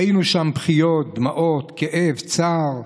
ראינו שם בכיות, דמעות, כאב, צער,